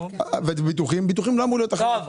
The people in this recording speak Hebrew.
ביטוחים לא אמורים להיות ב"אחרות".